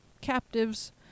captives